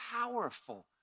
powerful